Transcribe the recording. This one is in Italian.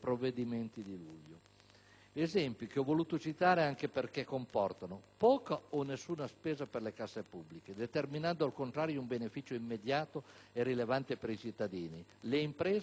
voluto citare questi esempi anche perché comportano poca o nessuna spesa per le casse pubbliche determinando, al contrario, un beneficio immediato e rilevante per i cittadini, le imprese, gli operatori economici,